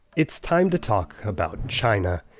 it's time to talk about china.